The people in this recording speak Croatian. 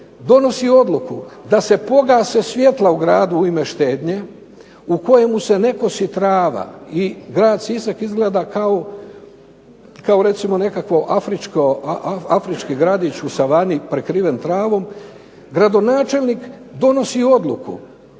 donosi odluku da se pogase svjetla u gradu u ime štednje, u kojemu se ne kosi trava i grad Sisak izgleda kao recimo nekakav afrički gradić u Savani prekriven travom, gradonačelnik donosi odluku